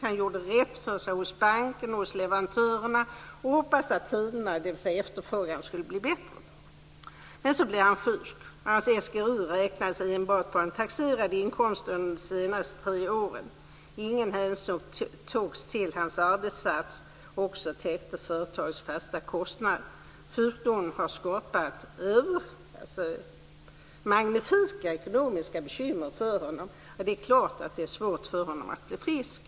Han gjorde rätt för sig hos banken och leverantörerna och hoppades att tiderna, dvs. efterfrågan, skulle bli bättre. Men så blev han sjuk, och hans SGI räknades enbart på den taxerade inkomsten under de senaste tre åren. Ingen hänsyn togs till att hans arbetsinsats också täckt företagets fasta kostnader. Sjukdomen har skapat magnifika ekonomiska bekymmer för honom, och det är klart att det är svårt för honom att bli frisk.